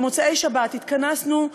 במוצאי-שבת התכנסנו,